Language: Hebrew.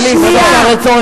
אני מבקר בלי סוף במעונות,